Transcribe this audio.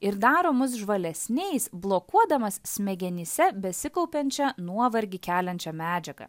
ir daro mus žvalesniais blokuodamas smegenyse besikaupiančią nuovargį keliančią medžiagą